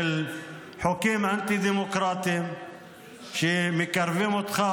חוקים אנטי-דמוקרטיים שמקרבים אותך,